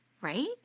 Right